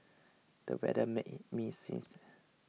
the weather made me sneeze